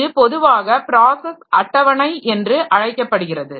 இது பொதுவாக ப்ராஸஸ் அட்டவணை என்று அழைக்கப்படுகிறது